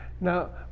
now